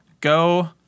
Go